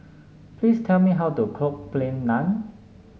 please tell me how to cook Plain Naan